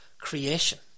creation